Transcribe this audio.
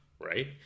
right